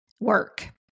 work